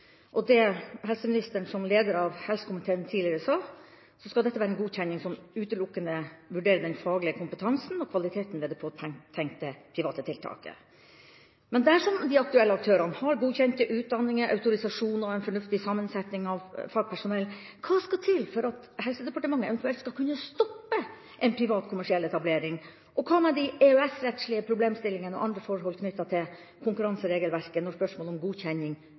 og ut fra hva helseministeren sa, da han var leder av helsekomiteen, skal dette være en godkjenning som utelukkende vurderer den faglige kompetansen og kvaliteten ved det påtenkte private tiltaket. Men dersom de aktuelle aktørene har godkjente utdanninger, autorisasjoner og en fornuftig sammensetning av fagpersonell, hva skal til for at Helsedepartementet eventuelt skal kunne stoppe en privat kommersiell etablering? Og hva med de EØS-rettslige problemstillingene og andre forhold knyttet til konkurranseregelverket når spørsmål om godkjenning